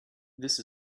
this